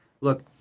look